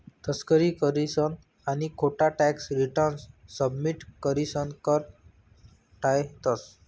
तस्करी करीसन आणि खोटा टॅक्स रिटर्न सबमिट करीसन कर टायतंस